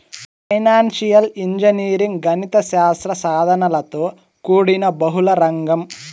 financial engineering గణిత శాస్త్ర సాధనలతో కూడిన బహుళ రంగం